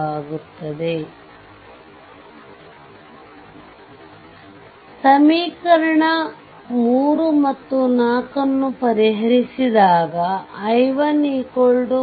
ಆಗುತ್ತದೆ ಸಮೀಕರಣ iii ಮತ್ತು iv ನ್ನು ಪರಿಹರಿಸಿದಾಗ i1 4